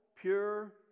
pure